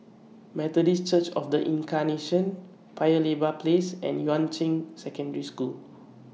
Methodist Church of The Incarnation Paya Lebar Place and Yuan Ching Secondary School